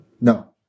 No